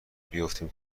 بیفتیم